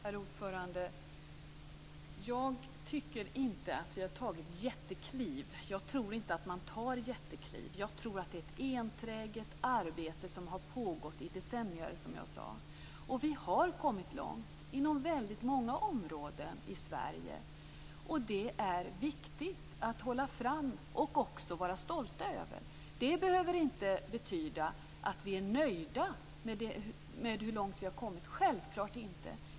Herr talman! Jag tycker inte att vi har tagit jättekliv. Jag tror inte att man tar jättekliv. Jag tror att det är ett enträget arbete som har pågått i decennier, som jag sade. Vi har kommit långt inom väldigt många områden i Sverige, och det är viktigt att hålla fram och också vara stolta över. Det behöver inte betyda att vi är nöjda med hur långt vi har kommit; självklart inte.